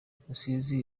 rusizi